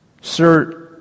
sir